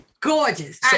gorgeous